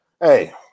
Hey